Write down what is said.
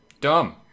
Dumb